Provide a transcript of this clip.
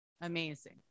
Amazing